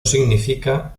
significa